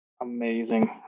Amazing